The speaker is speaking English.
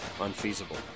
unfeasible